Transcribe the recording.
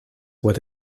were